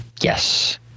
Yes